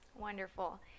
wonderful